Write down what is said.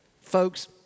folks